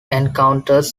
encounters